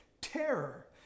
terror